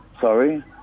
sorry